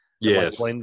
Yes